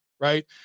right